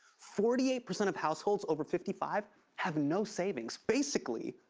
forty eight percent of households over fifty five have no savings. basically,